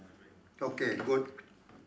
okay good